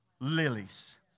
lilies